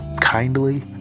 kindly